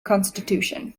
constitution